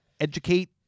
educate